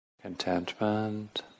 Contentment